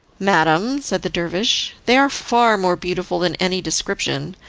madam, said the dervish, they are far more beautiful than any description,